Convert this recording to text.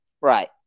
Right